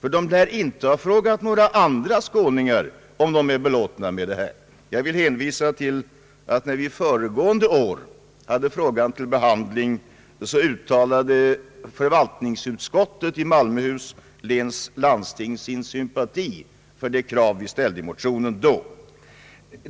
Man lär inte ha frågat några andra skåningar om de är belåtna med rådande förhållanden. Jag vill hänvisa till att när vi förra året hade frågan uppe till behandling så uttalade förvaltningsutskottet i Malmöhus läns landsting sin sympati för de krav vi då ställde i motionen.